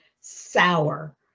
Sour